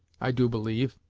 i do believe,